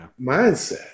Mindset